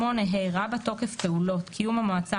החלטות המועצה